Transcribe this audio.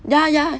ya ya